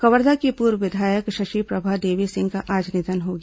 कवर्धा की पूर्व विधायक शशिप्रभा देवी सिंह का आज निधन हो गया